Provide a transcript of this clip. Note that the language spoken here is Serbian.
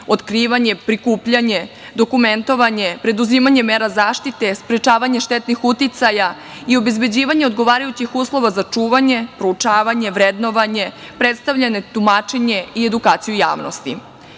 otkrivanje, prikupljanje, dokumentovanje, preduzimanje mera zaštite, sprečavanje štetnih uticaja i obezbeđivanje odgovarajućih uslova za čuvanje, proučavanje, vrednovanje, predstavljanje, tumačenje i edukaciju